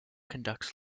conducts